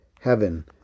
Heaven